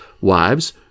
Wives